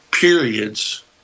periods